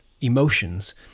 emotions